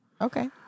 Okay